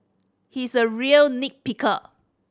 he is a real nit picker